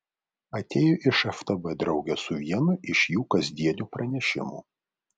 atėjo iš ftb drauge su vienu iš jų kasdienių pranešimų